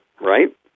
right